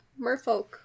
merfolk